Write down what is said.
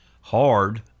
hard